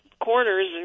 corners